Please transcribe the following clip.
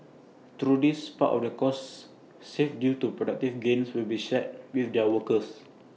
through this part of the costs saved due to productivity gains will be shared with their workers